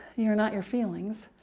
you are not your feelings.